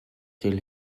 till